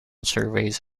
surveys